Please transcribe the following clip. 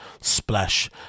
splash